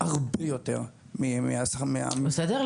הרבה יותר מהשכר --- בסדר,